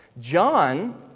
John